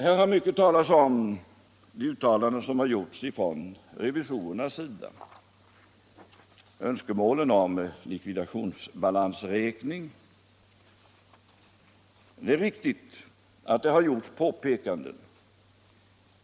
Här har talats mycket om det uttalande som revisorerna gjort och önskemålet om likvidationsbalansräkning. Det är riktigt att det gjorts påpekanden.